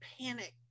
panic